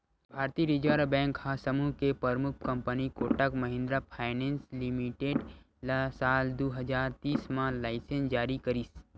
भारतीय reserve bank ह समूह के परमुख company Kotak Mahindra finance limited ल साल दू हजार तीन म लाइनेंस जारी करिस